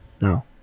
No